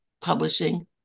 publishing